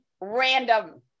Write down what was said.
random